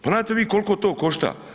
Pa znate vi koliko to košta?